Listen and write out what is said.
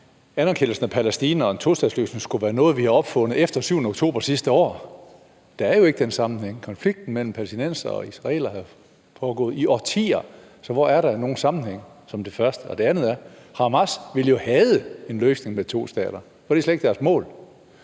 anerkendelsen af Palæstina og en tostatsløsning skulle være noget, vi har opfundet efter den 7. oktober sidste år. Der er jo ikke den sammenhæng. Konflikten mellem palæstinensere og israelere er pågået i årtier, så hvor er der nogen sammenhæng? Det er det første. Det andet er, at Hamas jo ville hade en løsning med to stater, for det er slet ikke deres mål.